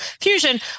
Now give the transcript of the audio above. Fusion